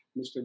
Mr